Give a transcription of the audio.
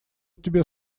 тебе